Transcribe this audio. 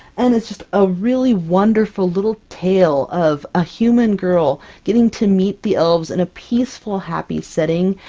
and it's just a really wonderful little tale of a human girl getting to meet the elves, in a peaceful, happy setting,